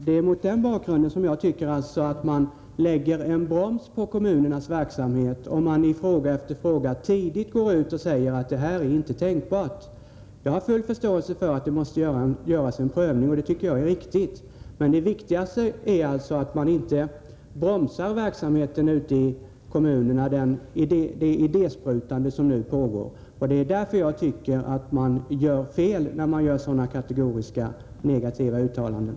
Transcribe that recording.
Det är mot denna bakgrund som jag tycker att man lägger en broms på kommunernas verksamhet om man i fråga efter fråga tidigt går ut och säger: Det här är inte tänkbart. Jag förstår att det måste göras en prövning, men det viktigaste är att man inte bromsar det idésprutande som nu pågår ute i kommunerna. Det är därför jag tycker att det är felaktigt att göra sådana kategoriska, negativa uttalanden.